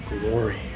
glory